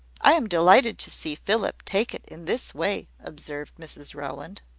i am delighted to see philip take it in this way, observed mrs rowland.